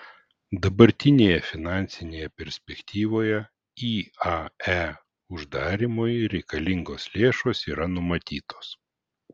dabartinėje finansinėje perspektyvoje iae uždarymui reikalingos lėšos yra numatytos